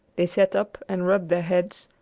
they sat up and rubbed their heads,